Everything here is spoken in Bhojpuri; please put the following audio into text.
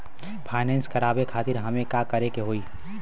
फाइनेंस करावे खातिर हमें का करे के होई?